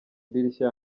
idirishya